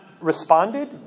responded